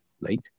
late